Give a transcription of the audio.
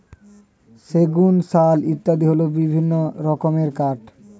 সেগুন, শাল ইত্যাদি হল বিভিন্ন রকমের কাঠ